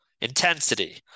intensity